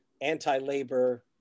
anti-labor